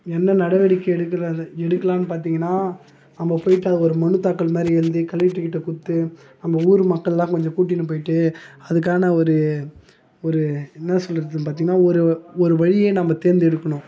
என்ன நடவடிக்கை எடுக்கிறது எடுக்கலான்னு பார்த்தீங்கனா நம்ப போயிவிட்டு அதுக்கு ஒரு மனு தாக்கல் மாதிரி எழுதி கலெக்டருக்கிட்ட கொடுத்து நம்ப ஊர் மக்கள் எல்லாம் கொஞ்சம் கூட்டின்னு போயிவிட்டு அதுக்கான ஒரு ஒரு என்ன சொல்லுறதுன்னு பார்த்தீங்கனா ஒரு ஒரு வழியை நம்ப தேர்ந்து எடுக்கணும்